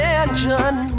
engine